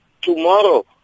tomorrow